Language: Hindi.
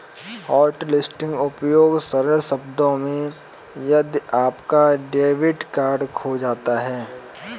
हॉटलिस्टिंग उपयोग सरल शब्दों में यदि आपका डेबिट कार्ड खो जाता है